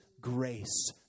grace